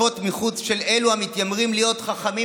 התקפות מחוץ של אלה המתיימרים להיות חכמים